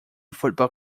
football